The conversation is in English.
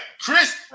Chris